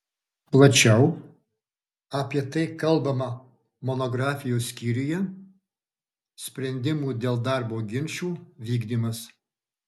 plačiau apie tai kalbama monografijos skyriuje sprendimų dėl darbo ginčų vykdymas